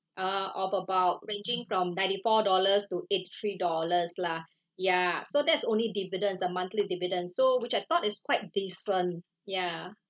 uh of about ranging from ninety four dollars to eight three dollars lah ya so that's only dividends a monthly dividend so which I thought is quite the decent ya